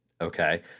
Okay